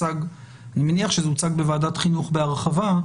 אני מניח שזה הוצג בוועדת החינוך בהרחבה.